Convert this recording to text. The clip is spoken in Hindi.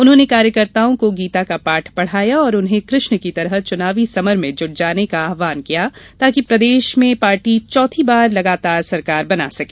उन्होंने कार्यकर्ताओं को गीता का पाठ पढ़ाया और उन्हें कृष्ण की तरह चुनावी समर में जुट जाने का आह्वान किया ताकि प्रदेश में पार्टी लगातार चौथी बार सरकार बना सके